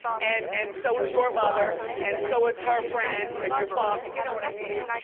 and and so is your mother and so is her friend and your father, you know what i mean?